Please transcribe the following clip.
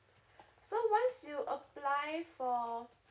so once you apply for